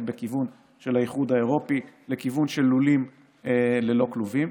בכיוון של האיחוד האירופי לכיוון של לולים ללא כלובים.